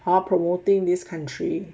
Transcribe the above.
hor promoting this country